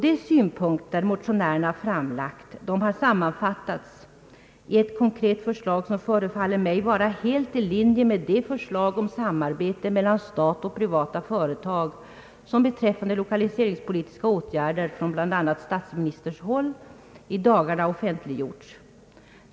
De av motionärerna framlagda synpunkterna har sammanfattats i ett konkret förslag som förefaller mig vara helt i linje med det förslag om sam arbete mellan stat och privata företag som beträffande lokaliseringspolitiska åtgärder bl.a. offentliggjorts av statsministern i dagarna.